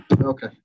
Okay